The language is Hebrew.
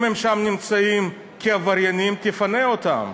אם הם נמצאים שם כעבריינים, תפנה אותם,